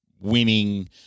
winning –